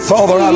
Father